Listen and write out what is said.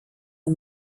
the